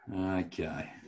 Okay